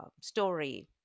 story